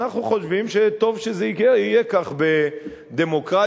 ואנחנו חושבים שטוב שיהיה כך בדמוקרטיה